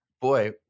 boy